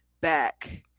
back